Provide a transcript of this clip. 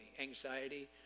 anxiety